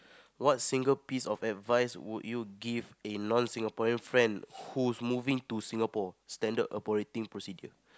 what single piece of advice would you give a non-Singaporean friend who's moving to Singapore Standard operating procedure